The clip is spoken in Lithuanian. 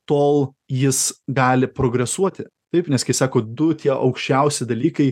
tol jis gali progresuoti taip nes kai sako du tie aukščiausi dalykai